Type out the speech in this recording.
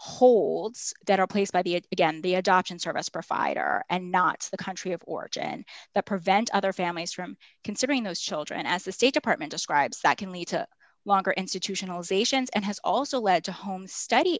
by the again the adoption service provider and not the country of origin that prevent other families from considering those children as the state department describes that can lead to longer institutionalization and has also led to home study